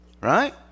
Right